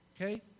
Okay